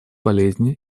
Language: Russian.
болезни